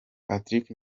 patrick